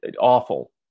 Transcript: awful